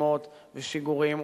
מרגמות ושיגורים,